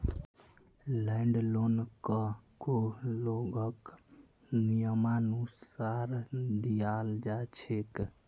land लोनकको लोगक नियमानुसार दियाल जा छेक